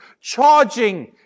charging